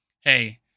Hey